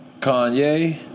Kanye